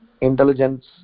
intelligence